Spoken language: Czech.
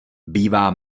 bývá